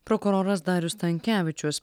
prokuroras darius stankevičius